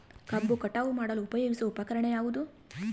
ಕಬ್ಬು ಕಟಾವು ಮಾಡಲು ಉಪಯೋಗಿಸುವ ಉಪಕರಣ ಯಾವುದು?